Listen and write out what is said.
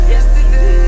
Yesterday